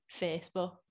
Facebook